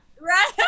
Right